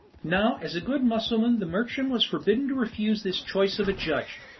now as a good mussulman the merchant was forbidden to refuse this choice of a judge,